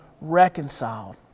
reconciled